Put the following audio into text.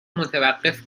متوقف